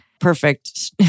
perfect